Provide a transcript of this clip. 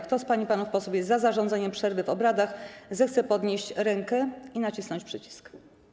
Kto z pań i panów posłów jest za zarządzeniem przerwy w obradach, zechce podnieść rękę i nacisnąć przycisk.